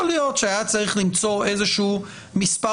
יכול להיות שהיה צריך למצוא איזשהו מספר